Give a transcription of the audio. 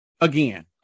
again